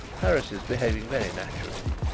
harris is behaving very naturally.